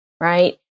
right